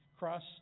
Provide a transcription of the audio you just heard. Cross